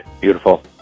Beautiful